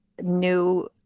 new